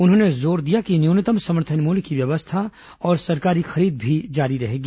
उन्होंने जोर दिया कि न्यूनतम समर्थन मूल्य की व्यवस्था और सरकारी खरीद भी जारी रहेगी